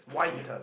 yeah